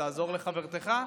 תעזור לחברתך,